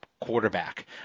quarterback